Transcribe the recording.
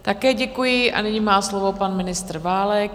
Také děkuji a nyní má slovo pan ministr Válek.